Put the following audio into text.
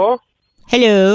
Hello